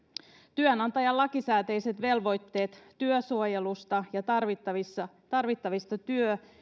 työnantajan lakisääteiset velvoitteet työsuojelusta ja tarvittavista tarvittavista työ